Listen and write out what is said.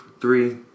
three